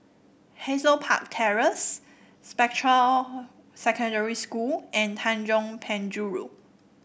Hazel Park Terrace Spectra Secondary School and Tanjong Penjuru